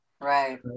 Right